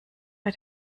bei